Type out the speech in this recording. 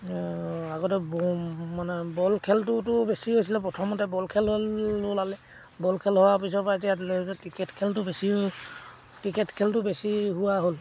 আগতে মানে বল খেলটোতো বেছি হৈছিলে প্ৰথমতে বল খেল হ'ল ওলালে বল খেল হোৱাৰ পিছৰপৰা এতিয়া ক্ৰিকেট খেলটো বেছি ক্ৰিকেট খেলটো বেছি হোৱা হ'ল